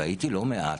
והייתי לא מעט,